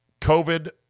COVID